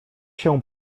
się